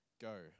Go